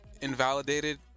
invalidated